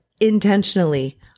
intentionally